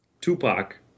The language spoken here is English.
Tupac